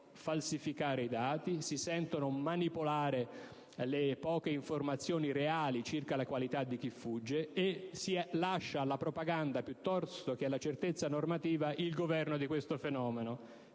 falsificare i dati, si sentono manipolare le poche informazioni reali circa la qualità di chi fugge, e si lascia alla propaganda, piuttosto che alla certezza normativa, il governo di questo fenomeno,